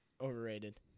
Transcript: Overrated